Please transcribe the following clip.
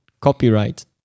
copyright